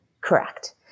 Correct